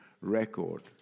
record